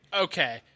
Okay